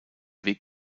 weg